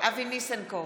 אבי ניסנקורן,